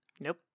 nope